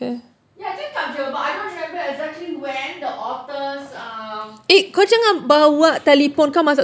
ya cakap jer but I don't remember exactly when the otters um